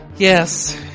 Yes